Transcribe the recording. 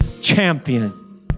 champion